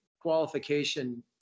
qualification